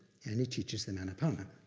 and he teaches them anapana.